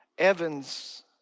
Evans